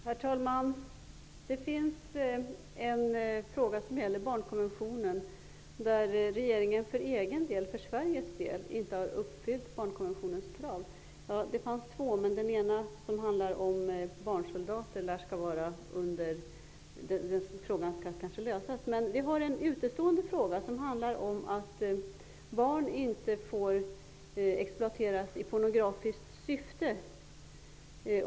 Herr talman! Det finns en fråga som gäller barnkonventionen där regeringen för Sveriges del inte har uppfyllt barnkonventionens krav. Det fanns två frågor, men den fråga som handlar om barnsoldater kommer förmodligen att lösas. Det handlar om att barn inte får exploateras i pornografiskt syfte.